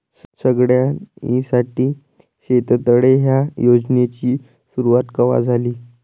सगळ्याइसाठी शेततळे ह्या योजनेची सुरुवात कवा झाली?